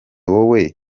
wowe